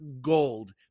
gold